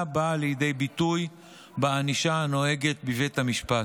באה לידי ביטוי בענישה הנוהגת בבית המשפט.